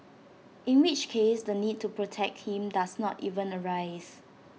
in which case the need to protect him does not even arise